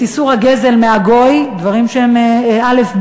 את איסור הגזל מהגוי, דברים שהם אלף-בית,